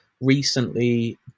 recently